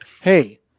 Hey